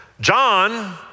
John